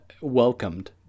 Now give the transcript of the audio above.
welcomed